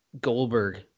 Goldberg